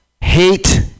hate